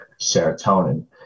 serotonin